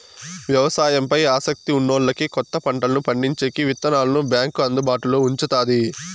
వ్యవసాయం పై ఆసక్తి ఉన్నోల్లకి కొత్త పంటలను పండించేకి విత్తనాలను బ్యాంకు అందుబాటులో ఉంచుతాది